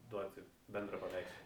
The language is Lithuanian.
duoti bendrą paveikslą